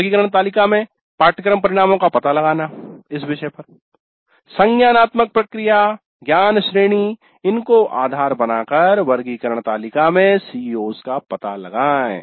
वर्गीकरण तालिका में पाठ्यक्रम परिणामों का पता लगाना संज्ञानात्मक प्रक्रिया ज्ञान श्रेणी - इनको आधार बनाकर वर्गीकरण तालिका में CO's का पता लगाएं